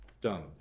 done